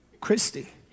Christie